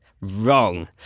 Wrong